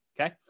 okay